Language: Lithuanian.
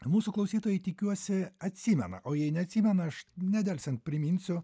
mūsų klausytojai tikiuosi atsimena o jei neatsimena aš nedelsiant priminsiu